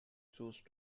choose